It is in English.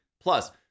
Plus